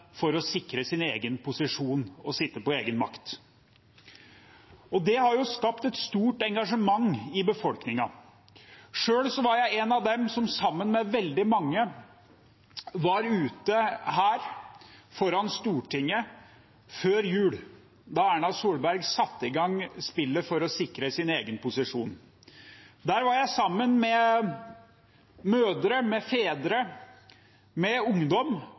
for å sikre sin egen posisjon og sitte på egen makt. Det har skapt et stort engasjement i befolkningen. Selv var jeg en av dem som sammen med veldig mange var ute her foran Stortinget før jul, da Erna Solberg satte i gang spillet for å sikre sin egen posisjon. Der var jeg sammen med mødre, med fedre, med ungdom